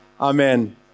amen